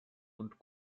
und